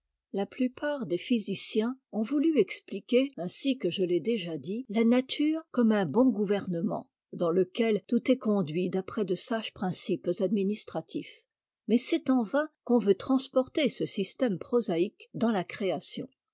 la plupart des physiciens ont voulu expliquer ainsi que je l'ai déjà dit la nature comme un bon gouvernement dans lequel tout est conduit d'après de sages principes administratifs mais c'est en vain qu'on veut transporter ce système prosaïque dans la création